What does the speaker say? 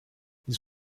ils